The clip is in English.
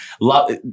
Love